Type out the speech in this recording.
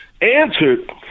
Answered